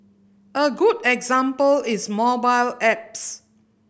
a good example is mobile apps